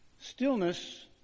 Stillness